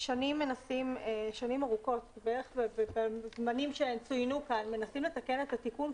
שנים ארוכות בערך בזמנים שצוינו כאן מנסים לתקן את התיקון,